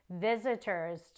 visitors